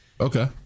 Okay